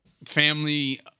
Family